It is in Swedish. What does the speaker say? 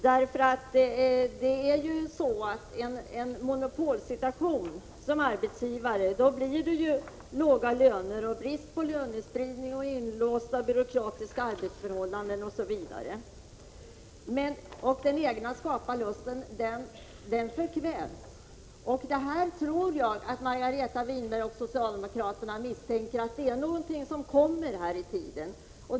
Om en arbetsgivare har monopol, blir följden låga löner, brist på lönespridning, låsta byråkratiska arbetsförhållanden, osv. Den egna skaparlusten förkvävs. Jag tror att Margareta Winberg och övriga socialdemokrater misstänker att det här är någonting som kommer med tiden.